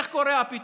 איך קורה הפיתוח?